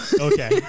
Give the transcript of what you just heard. Okay